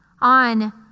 on